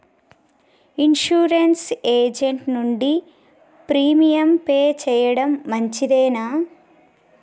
Insurance agent నుండి premium pay చేయడం మంచిదేనా?